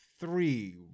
Three